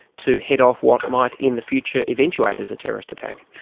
to head off what might, in the future, eventuate as a terrorist attack.